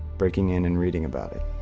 breaking in and reading about it.